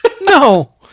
No